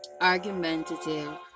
argumentative